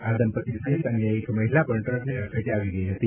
આ દંપતી સહિત અન્ય એક મહિલા પણ ટ્રકની અડફેટે આવી ગઇ હતી